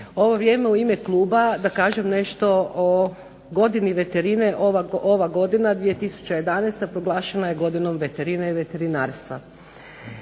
ovo vrijeme u ime kluba da kažem nešto o godini veterine. Ova godina 2011. proglašena je godinom veterine i veterinarstva.